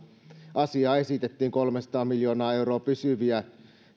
asia esitettiin kolmesataa miljoonaa euroa pysyviä